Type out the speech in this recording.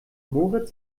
moritz